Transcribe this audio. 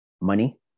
money